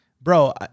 bro